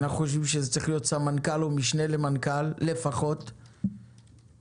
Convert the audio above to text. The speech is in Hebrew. אנחנו חושבים שזה צריך להיות סמנכ"ל או משנה למנכ"ל לפחות שמתכלל